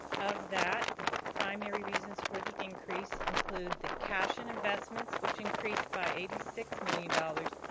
of that, the primary reasons for the increase include the cash and investments which increased by eighty six million dollars.